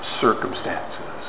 circumstances